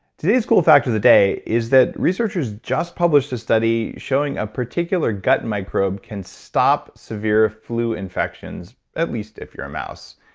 today's cool fact for the day is that researchers just published a study showing a particular gut microbe can stop severe flu infections, at least if you're a mouse.